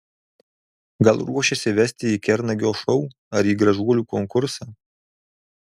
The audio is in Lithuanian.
gal ruošiasi vesti į kernagio šou ar į gražuolių konkursą